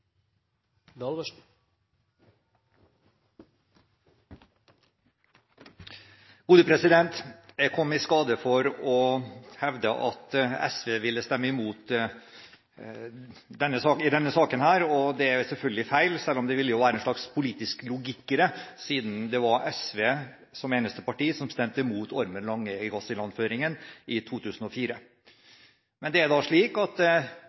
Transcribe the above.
kom i skade for å hevde at SV ville stemme imot i denne saken, og det er selvfølgelig feil – selv om det ville være en slags politisk logikk i det, siden SV i 2004 som eneste parti stemte imot ilandføringen av gass fra Ormen Lange. Men det er slik at det er en intern kustus i regjeringen, og SV har da